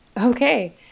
Okay